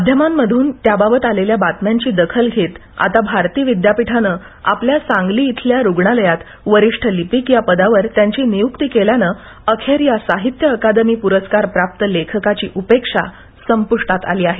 माध्यमांतून त्याबाबत आलेल्या बातम्यांची दखल घेत आता भारती विद्यापीठानं आपल्या सांगली येथील रुग्णालयात वरिष्ठ लिपिक या पदावर त्यांची नियुक्ती केल्यानं अखेर या साहित्य अकादमी प्रस्कार प्राप्त लेखकाची उपेक्षा संप्रष्टात आली आहे